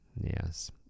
Yes